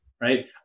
Right